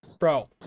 Bro